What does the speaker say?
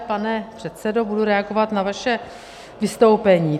Pane předsedo, budu reagovat na vaše vystoupení.